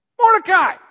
Mordecai